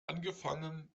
angefangen